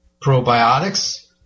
probiotics